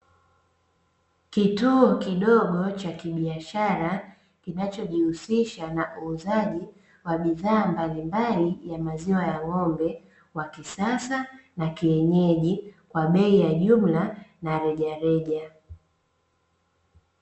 Kituo kidogo cha biashara, kinacho jihusisha na uuzaji wa bidhaa mbalimbali ya maziwa ya ng'ombe wakisasa na kienyeji. Kwa bei ya jumla na rejareja.